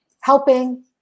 helping